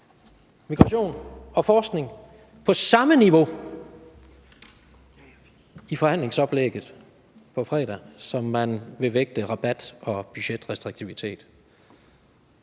migration og forskning på samme niveau i forhandlingsoplægget på fredag, som man vil vægte rabat og budgetrestriktivitet.